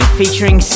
featuring